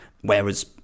whereas